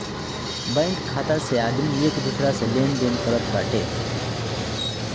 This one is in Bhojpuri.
बैंक खाता से आदमी एक दूसरा से लेनदेन करत बाटे